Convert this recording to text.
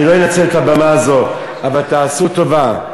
אני לא אנצל את הבמה הזאת, אבל תעשו טובה,